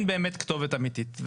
אין באמת כתובת אמיתית.